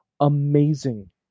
amazing